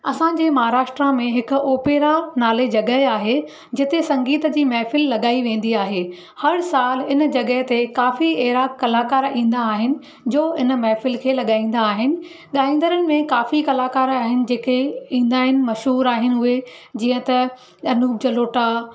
असांजे महाराष्ट्र में हिकु ओपेरा नाले जॻह आहे जिते संगीत जी महिफ़िल लॻाई वेंदी आहे हर साल हिन जॻह ते काफ़ी अहिड़ा कलाकार ईंदा आहिनि जो हिन महिफ़िल खे लॻाईंदा आहिनि ॻाईंदड़नि में काफ़ी कलाकार आहिनि जेके ईंदा आहिनि मशहूर आहिनि उहे जीअं त अनूप जलोटा